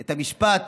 את המשפט